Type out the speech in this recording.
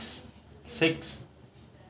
six